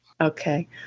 Okay